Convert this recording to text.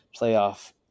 playoff